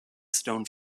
stone